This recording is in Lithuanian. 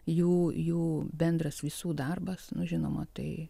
jų jų bendras visų darbas nu žinoma tai